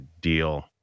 deal